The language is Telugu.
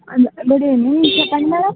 గుడ్ ఈవెనింగ్ చెప్పండి మేడం